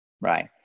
Right